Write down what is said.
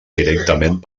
directament